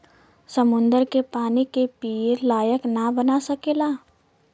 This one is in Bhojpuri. समुन्दर के पानी के पिए लायक ना बना सकेला